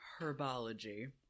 herbology